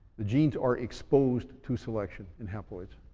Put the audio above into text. the genes are exposed to selection, in haploids.